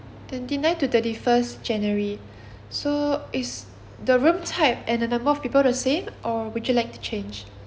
twenty nine to thirty first january so is the room type and the number of people the same or would you like to change